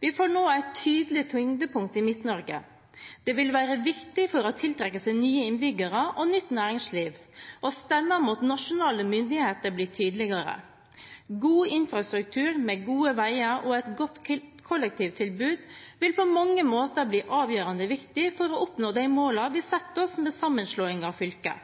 Vi får nå et tydelig tyngdepunkt i Midt-Norge. Det vil være viktig for å tiltrekke seg nye innbyggere og nytt næringsliv, og stemmen mot nasjonale myndigheter blir tydeligere. God infrastruktur med gode veier og et godt kollektivtilbud vil på mange måter bli avgjørende viktig for å oppnå de målene vi setter oss med sammenslåingen av fylkene.